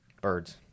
Birds